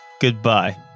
Goodbye